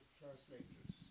translators